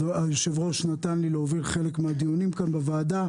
היושב-ראש נתן לי להוביל חלק מהדיונים בוועדה.